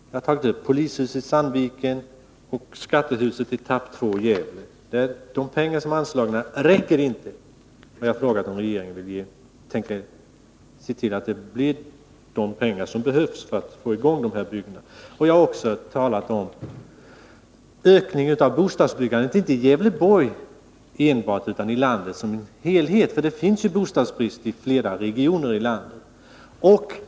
Jag har tagit upp polishuset i Sandviken och skattehuset etapp 2i Gävle. De pengar som är anslagna räcker inte. Och jag har frågat om regeringen skall se till att de pengar anslås som behövs för att få i gång dessa byggen. Jag har också talat om en ökning av bostadsbyggandet, men inte enbart i Gävleborg utan i landet som helhet. Det är ju bostadsbrist i flera regioner i landet.